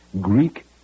Greek